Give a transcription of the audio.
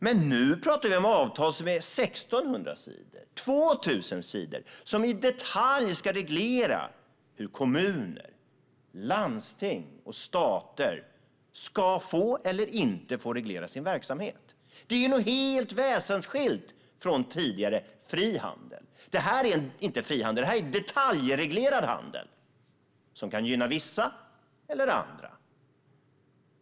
Men nu talar vi om avtal som är på 1 600 eller 2 000 sidor och som i detalj ska reglera hur kommuner, landsting och stater ska få eller inte få reglera sin verksamhet. Det är något helt väsensskilt från tidigare frihandel. Det här är inte frihandel. Det här är detaljreglerad handel, som kan gynna vissa eller andra.